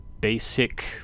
basic